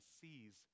sees